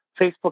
facebook